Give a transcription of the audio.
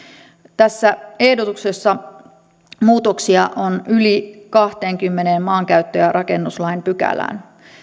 tässä ehdotuksessa muutoksia on yli kahteenkymmeneen maankäyttö ja rakennuslain pykälään